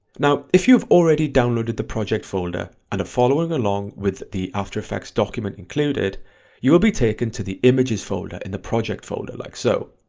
now if you've already downloaded the project folder and are following along with the after effects document included you will be taken to the images folder in the project folder like so.